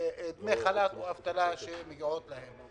דמי החל"ת או אבטלה שמגיעים להם.